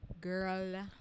girl